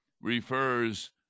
refers